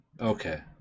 Okay